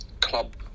club